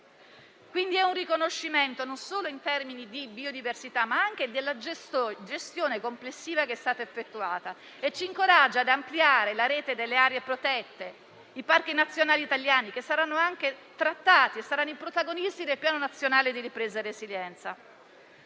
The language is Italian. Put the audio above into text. È un riconoscimento non solo in termini di biodiversità, ma anche della gestione complessiva che è stata effettuata e ci incoraggia ad ampliare la rete delle aree protette e dei parchi nazionali italiani, che saranno anche trattati e i protagonisti del Piano nazionale di ripresa resilienza.